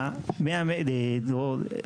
ה-100 מגה, דרור.